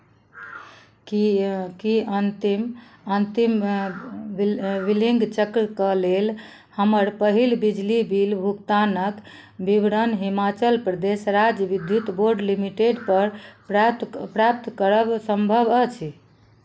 की की अन्तिम अन्तिम बि बिलिंग चक्रके लेल हमर पहिल बिजली बिल भुगतानक विवरण हिमाचल प्रदेश राज्य विद्युत बोर्ड लिमिटेडपर प्राप्त प्राप्त करब सम्भव अछि